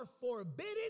forbidden